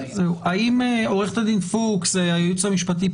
עוה"ד פוקס מהייעוץ המשפטי,